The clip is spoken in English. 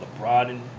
LeBron